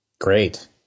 Great